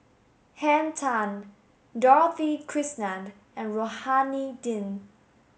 Henn Tan Dorothy Krishnan and Rohani Din